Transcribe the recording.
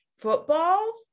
football